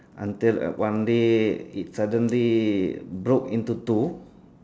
until uh one day it suddenly broke into two